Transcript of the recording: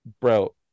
Bro